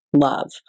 love